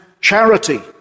charity